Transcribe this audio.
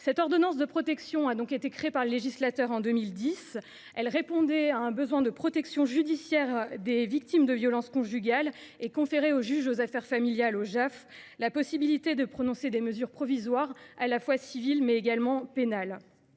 L’ordonnance de protection a été créée par le législateur en 2010. Elle répondait à un besoin de protection judiciaire des victimes de violences conjugales et conférait au juge aux affaires familiales la faculté de prononcer des mesures provisoires relevant du droit civil, mais également du